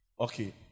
Okay